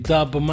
Dub